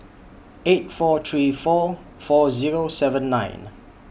eight four three four four Zero seven nine